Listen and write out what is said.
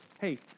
hey